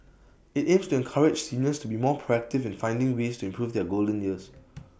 IT aims to encourage seniors to be more proactive in finding ways to improve their golden years